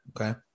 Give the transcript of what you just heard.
Okay